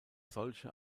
solche